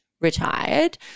retired